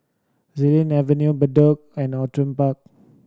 Xilin Avenue Bedok and Outram Park